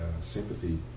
sympathy